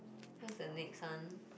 what's the next one